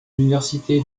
l’université